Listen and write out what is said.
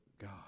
God